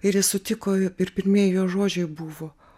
ir jis sutiko ir pirmieji jo žodžiai buvo